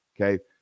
okay